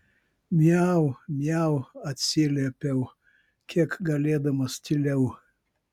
miau miau atsiliepiau kiek galėdamas tyliau